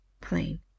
Plain